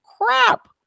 crap